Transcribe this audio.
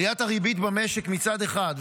עליית הריבית במשק מצד אחד,